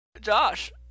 Josh